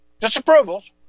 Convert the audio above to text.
disapprovals